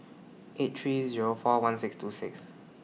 eight three Zero four one six two six